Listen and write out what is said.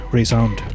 ReSound